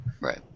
Right